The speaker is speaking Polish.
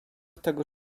tego